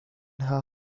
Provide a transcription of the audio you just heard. her